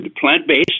plant-based